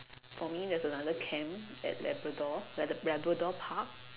for me there's another camp at Labrador at Labrador Park